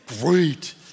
great